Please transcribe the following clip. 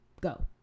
Go